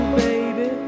baby